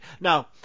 Now